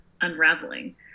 unraveling